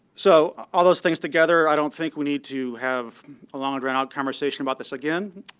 so all those things together, i don't think we need to have a long drawn out conversation about this again.